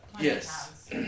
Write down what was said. Yes